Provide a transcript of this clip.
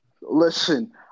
Listen